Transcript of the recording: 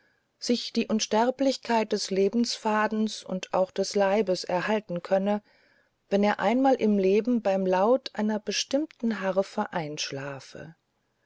sich die unsterblichkeit des lebensfadens und auch des leibes erhalten könne wenn er einmal im leben beim laut einer bestimmten harfe einschlafe